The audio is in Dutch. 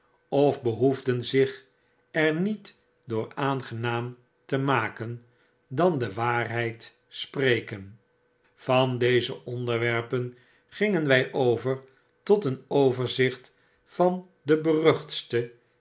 of behoefden zich er niet door aangenaam te maken dan de waarheid spreken van deze onderwerpen gingen wy over tot een overzicht van de beruchtste